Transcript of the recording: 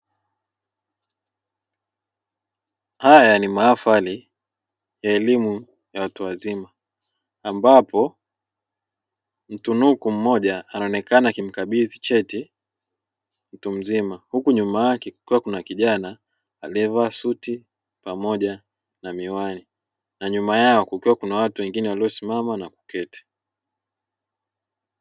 Haya ni mahafali ya elimu ya watu wazima, ambapo mtunuku mmoja anaonekana akimkabidhi cheti mtu mzima, huku nyuma yake kukiwa kuna kijana alievaa suti pamoja na miwani na nyuma yao kukiwa kuna watu wengine waliosimama na kuketi.